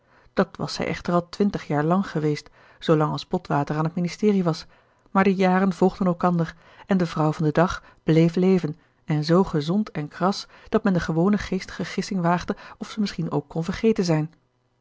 dat was zij echter al twintig jaar lang geweest zoolang als botwater aan het ministerie was maar de jaren volgden elkander en de vrouw van den dag bleef leven en zoo gezond en kras dat men de gewone geestige gissing waagde of ze misschien ook kon vergeten zijn